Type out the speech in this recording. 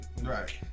Right